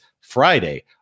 Friday